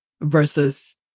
versus